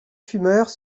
fumeurs